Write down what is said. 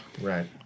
Right